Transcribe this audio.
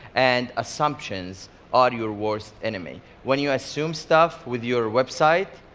and assumptions are your worst enemy. when you assume stuff with your website,